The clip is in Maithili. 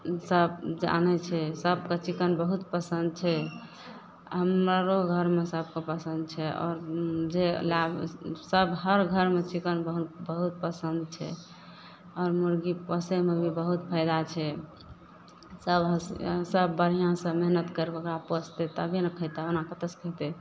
सब जानय छै सबके चिकन बहुत पसन्द छै हमरो घरमे सबके पसन्द छै आओर जाहि लए सब हर घरमे चिकन बहु बहुत पसन्द छै आओर मुर्गी पोसयमे भी बहुत फायदा छै सब सब बढ़िआँसँ मेहनत करिकऽ ओकरा पोसतय तबे ने खयतय ओना कतऽसँ खेतय